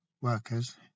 workers